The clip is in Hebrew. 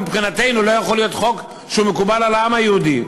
מבחינתנו הוא לא יכול להיות מקובל על העם היהודי.